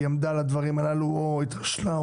והיא עמדה על הדברים הללו או התרשלה,